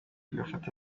agafata